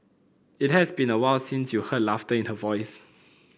it has been awhile since you heard laughter in her voice